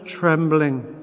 trembling